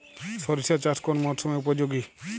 সরিষা চাষ কোন মরশুমে উপযোগী?